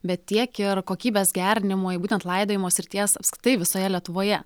bet tiek ir kokybės gerinimui būtent laidojimo srities apskaitai visoje lietuvoje